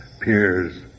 peers